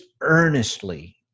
earnestly